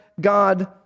God